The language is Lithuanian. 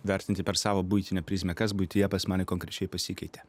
vertinti per savo buitinę prizmę kas buityje pas mane konkrečiai pasikeitė